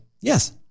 Yes